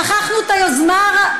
שכחנו את היוזמה,